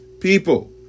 people